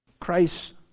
Christ